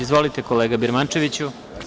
Izvolite kolega Birmančeviću.